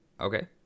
Okay